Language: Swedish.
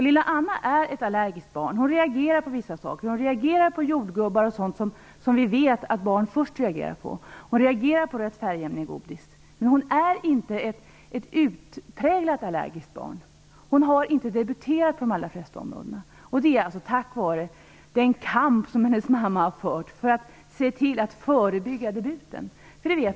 Lilla Anna är ett allergiskt barn. Hon reagerar på vissa saker. Hon reagerar på jordgubbar och sådant som vi vet att barn först reagerar på. Hon reagerar t.ex. på rött färgämne i godis. Men hon är inte ett utpräglat allergiskt barn. Hon har inte debuterat på de allra flesta områden, och det är tack vare den kamp som hennes mamma har fört för att se till att förebygga debuten.